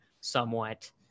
somewhat